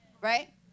right